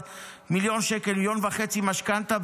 במיליון שקל או 1.5 מיליון שקל משכנתה,